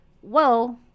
whoa